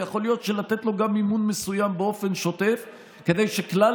ויכול להיות שגם לתת לו מימון מסוים באופן שוטף כדי שכלל